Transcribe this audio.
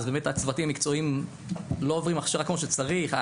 הצוותים המקצועיים לא עוברים הכשרה כמו שצריך.